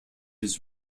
his